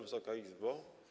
Wysoka Izbo!